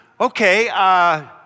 Okay